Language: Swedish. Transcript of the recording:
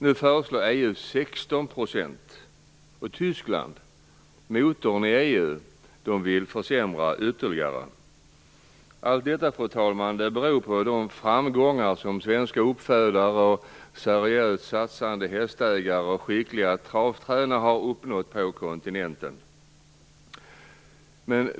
Nu föreslår EU 16 %, och Tyskland, motorn i EU, vill försämra ytterligare. Fru talman! Allt detta beror på de framgångar som svenska uppfödare, seriöst satsande hästägare och skickliga travtränare har uppnått på kontinenten.